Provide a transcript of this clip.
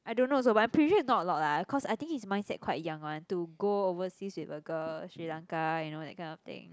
I don't know also but I'm pretty sure it's not a lot lah cause I think his mindset quite young one to go overseas with a girl Sri Lanka you know that kind of thing